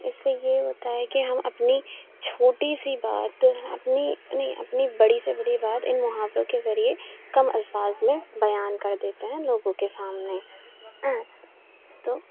اس سے یہ ہوتا ہے کہ ہم اپنی چھوٹی سی بات اپنی اپنی بڑی سے بڑی بات ان محاوروں کے ذریعے کم الفاظ میں بیان کر دیتے ہیں لوگوں کے سامنے تو